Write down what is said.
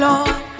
Lord